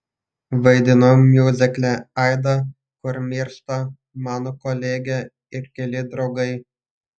vaidinau miuzikle aida kur miršta mano kolegė ir keli draugai